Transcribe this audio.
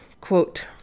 quote